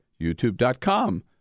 youtube.com